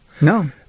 no